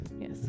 yes